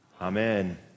Amen